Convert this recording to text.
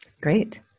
Great